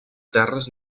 terres